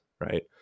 Right